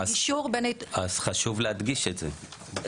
לגישור בין --- חשוב להדגיש את זה,